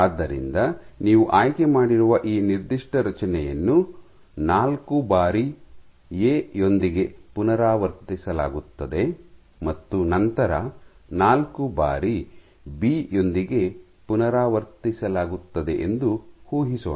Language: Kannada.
ಆದ್ದರಿಂದ ನೀವು ಆಯ್ಕೆ ಮಾಡಿರುವ ಈ ನಿರ್ದಿಷ್ಟ ರಚನೆಯನ್ನು ನಾಲ್ಕು ಬಾರಿ ಎ ಯೊಂದಿಗೆ ಪುನರಾವರ್ತಿಸಲಾಗುತ್ತದೆ ಮತ್ತು ನಂತರ ಬಾರಿ ಬಿ ಯೊಂದಿಗೆ ಪುನರಾವರ್ತಿಸಲಾಗುತ್ತದೆ ಎಂದು ಊಹಿಸೋಣ